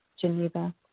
Geneva